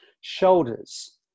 shoulders